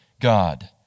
God